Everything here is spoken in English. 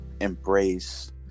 embrace